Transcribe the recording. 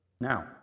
Now